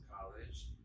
college